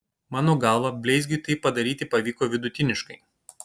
mano galva bleizgiui tai padaryti pavyko vidutiniškai